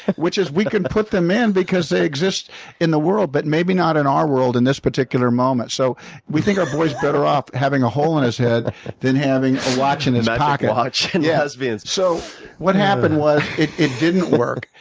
which is we can put them in because they exist in the world, but maybe not in our world in this particular moment. so we think our boy is better off having a hole in his head than having a watch in his pocket. a magic watch and yeah lesbians. so what happened was it it didn't work.